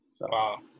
Wow